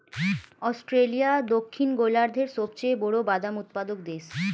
Australia দক্ষিণ গোলার্ধের সবচেয়ে বড় বাদাম উৎপাদক দেশ